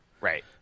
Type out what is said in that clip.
right